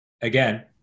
again